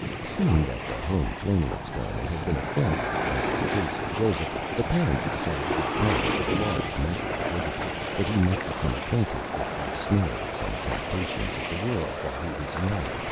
seeing that the home training experiment had been a failure in the case of joseph, the parents decided to give clarence a large measure of liberty, that he might become acquainted with the snares and temptations of the world while he was young,